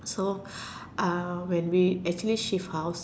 so uh when we actually shift house